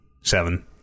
Seven